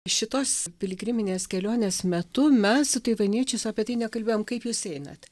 šitos piligriminės kelionės metu mes su taivaniečiai apie tai nekalbėjom kaip jūs einat